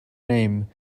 name